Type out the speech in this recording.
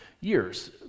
years